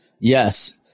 yes